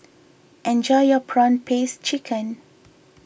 enjoy your Prawn Paste Chicken